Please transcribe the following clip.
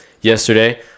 Yesterday